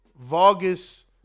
Vargas